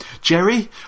Jerry